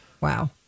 Wow